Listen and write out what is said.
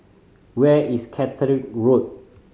where is Caterick Road